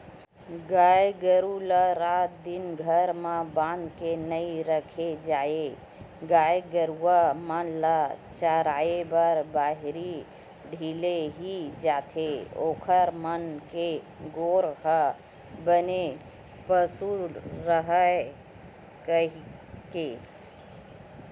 गाय गरु ल रात दिन घर म बांध के नइ रखे जाय गाय गरुवा मन ल चराए बर बाहिर ढिले ही जाथे ओखर मन के गोड़ ह बने पसुल राहय कहिके